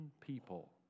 people